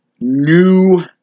new